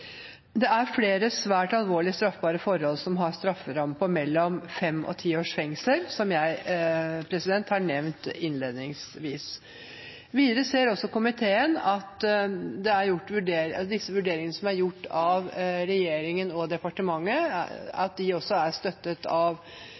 Det er flere svært alvorlige, straffbare forhold som har strafferamme på mellom fem og ti års fengsel, som jeg har nevnt innledningsvis. Videre ser også komiteen at disse vurderingene som er gjort av regjeringen og departementet, også er støttet av Politidirektoratet, Politiets sikkerhetstjeneste og Riksadvokaten i at en reduksjon av kravet til strafferamme også